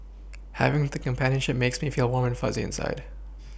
having the companionship makes me feel a warm and fuzzy inside